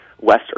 West